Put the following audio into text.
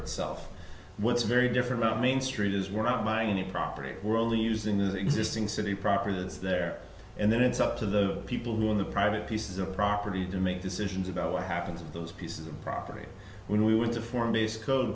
itself what's very different about main street is we're not buying any property we're only using the existing city proper that's there and then it's up to the people who are in the private pieces of the property to make decisions about what happens in those pieces of property when we want to form a base